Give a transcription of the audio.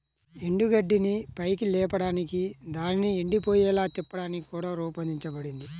ఎండుగడ్డిని పైకి లేపడానికి దానిని ఎండిపోయేలా తిప్పడానికి కూడా రూపొందించబడింది